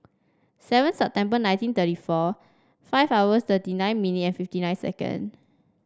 seven September nineteen thirty four five hour thirty nine minute and fifty nine second